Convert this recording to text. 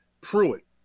Pruitt